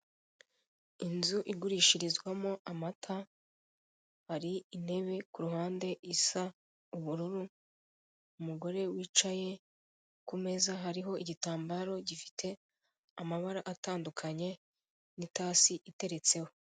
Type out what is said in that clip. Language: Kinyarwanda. Inzu igurishirizwamo amata hari intebe ku ruhande isa ubururu umugore wicaye, ku meza hariho igitambaro gifite amabara atandukanye n'itasi iteretseho.